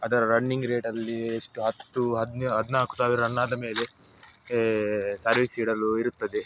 ಅದರ ರನ್ನಿಂಗ್ ರೇಟಲ್ಲೀ ಎಷ್ಟು ಹತ್ತು ಹದ್ನ್ ಹದಿನಾಲ್ಕು ಸಾವಿರ ರನ್ ಆದಮೇಲೆ ಸರ್ವೀಸ್ ಇಡಲು ಇರುತ್ತದೆ